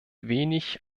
wenig